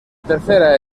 tercera